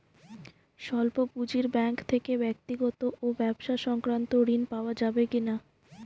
স্বল্প পুঁজির ব্যাঙ্ক থেকে ব্যক্তিগত ও ব্যবসা সংক্রান্ত ঋণ পাওয়া যাবে কিনা?